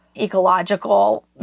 ecological